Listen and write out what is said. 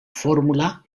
fórmula